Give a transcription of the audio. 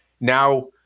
Now